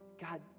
God